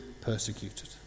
persecuted